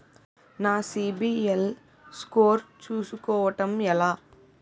నా CIBIL score చుస్కోవడం ఎలా?